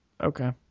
okay